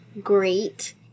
great